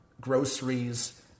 groceries